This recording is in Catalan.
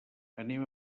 anem